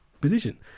position